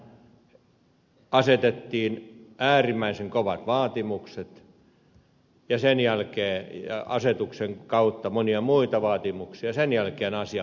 siinä vaan asetettiin äärimmäisen kovat vaatimukset ja asetuksen kautta monia muita vaatimuksia ja sen jälkeen asia unohdettiin